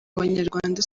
banyarwanda